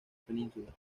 penínsulas